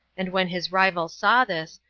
and when his rival saw this,